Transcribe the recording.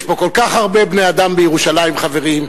יש פה כל כך הרבה בני-אדם בירושלים, חברים.